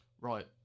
Right